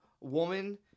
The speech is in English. woman